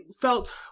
felt